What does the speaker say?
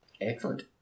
excellent